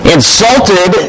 Insulted